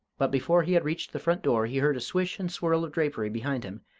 but before he had reached the front door he heard a swish and swirl of drapery behind him,